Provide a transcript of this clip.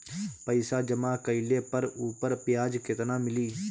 पइसा जमा कइले पर ऊपर ब्याज केतना मिली?